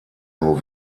nur